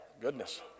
goodness